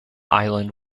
island